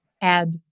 add